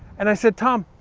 and i said, tom,